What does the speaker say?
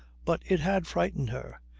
but it had frightened her.